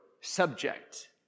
subject